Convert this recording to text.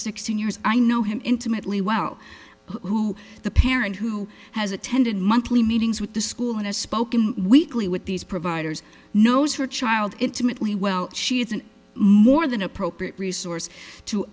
sixteen years i know him intimately well who the parent who has attended monthly meetings with the school and has spoken weekly with these providers knows her child intimately well she is an more than appropriate resource to